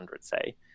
say